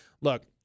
look